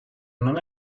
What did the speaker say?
non